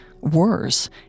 Worse